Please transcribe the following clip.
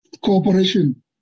cooperation